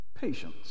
patience